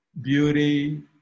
beauty